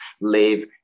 live